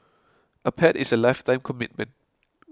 a pet is a lifetime commitment